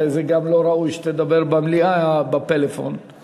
וזה גם לא ראוי שתדבר בפלאפון במליאה.